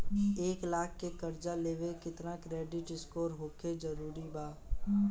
एक लाख के कर्जा लेवेला केतना क्रेडिट स्कोर होखल् जरूरी बा?